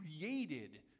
created